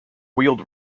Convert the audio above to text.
wheeled